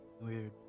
weird